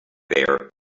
there